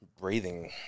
breathing